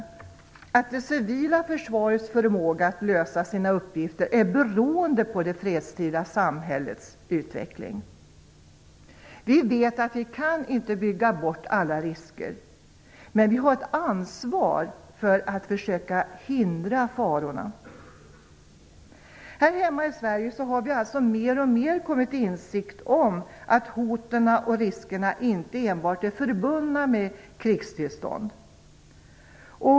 Där står att det civila försvarets förmåga att lösa sina uppgifter är beroende av det fredstida samhällets utveckling. Vi vet att vi inte kan bygga bort alla risker, men vi har ett ansvar att försöka hindra farorna. Här hemma i Sverige har vi mer och mer kommit till insikt om att hoten och riskerna inte enbart är förbundna med krigstillstånd.